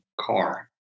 car